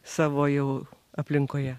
savo jau aplinkoje